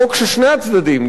חוק ששני הצדדים,